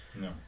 no